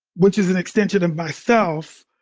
which is an extension of myself.